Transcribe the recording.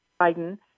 Biden